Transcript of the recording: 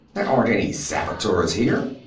there aren't any saboteurs here.